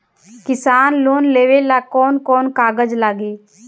किसान लोन लेबे ला कौन कौन कागज लागि?